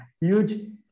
huge